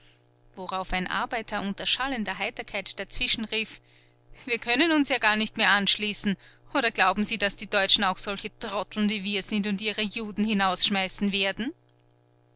worauf ein arbeiter unter schallender heiterkeit dazwischen rief wir können uns ja gar nicht mehr anschließen oder glauben sie daß die deutschen auch solche trotteln wie wir sind und ihre juden hinausschmeißen werden